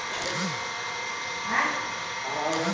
दुकानदार ह टेक्स के वसूली माल के लेवइया ले करथे